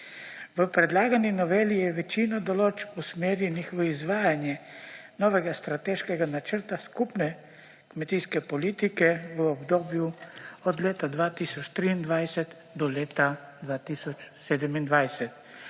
V predlagani noveli je večino določb usmerjenih v izvajanje novega strateškega načrta skupne kmetijske politike v obdobju od leta 2023 do leta 2027.